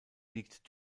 liegt